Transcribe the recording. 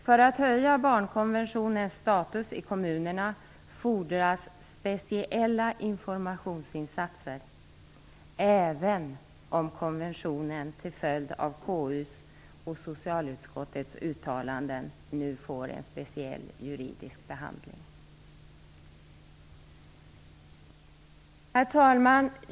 För att höja barnkonventionens status i kommunerna fordras speciella informationsinsatser, även om konventionen till följd av KU:s och socialutskottets uttalanden nu får en speciell juridisk behandling. Herr talman!